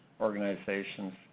organizations